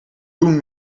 doen